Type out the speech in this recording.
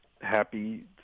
happy